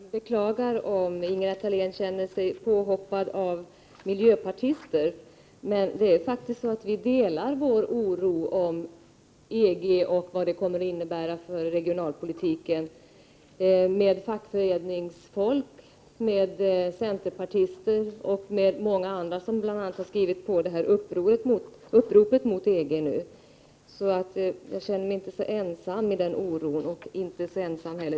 Prot. 1988/89:97 Herr talman! Jag beklagar om Ingela Thalén känner sig utsatt för påhopp — 14 april 1989 från miljöpartister, men det är faktiskt så att vår oro för vad EG ; å Om de regionalpoli harmoniseringen kommer att innebära för regionalpolitiken delas av fackföpå 5 s : ä a tiska satsningarna vid reningsfolk, centerpartister och många andra, bl.a. de som nu skrivit under (COM anpassning till EG uppropet mot EG. Jag känner mig alltså inte så ensam.